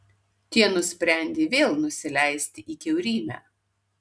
tie nusprendė vėl nusileisti į kiaurymę